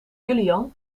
julian